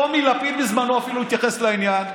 טומי לפיד בזמנו אפילו התייחס לעניין,